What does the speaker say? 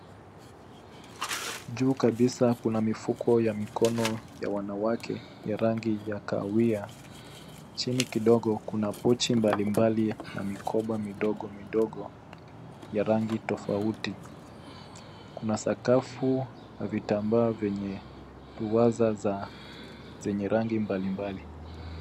Juu kabisa kuna mifuko ya mikono ya wanawake ya rangi ya kahawia. Chini kidogo kuna pochi mbalimbali na mikoba midogo midogo ya rangi tofauti. Kuna sakafu na vitambaa vyenye ruwanza zenye rangi mbalimbali.